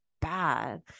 bad